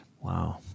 Wow